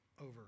over